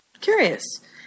Curious